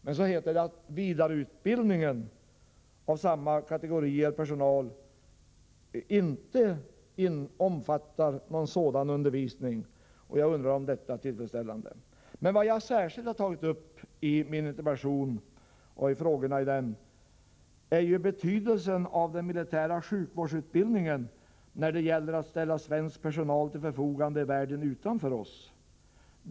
Det heter emellertid också att vidareutbildning för samma kategori personal inte omfattar någon sådan undervisning. Jag undrar om detta är tillfredsställande. Vad jag särskilt har tagit upp i min interpellation är betydelsen av den militära sjukvårdsutbildningen när det gäller att ställa svensk personal till förfogande i världen utanför Sverige.